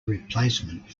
replacement